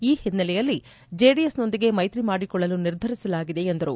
ಈ ಹಿನ್ನೆಲೆಯಲ್ಲಿ ಜೆಡಿಎಸ್ ನೊಂದಿಗೆ ಮೈತ್ರಿ ಮಾಡಿಕೊಳ್ಳಲು ನಿರ್ಧರಿಸಲಾಗಿದೆ ಎಂದರು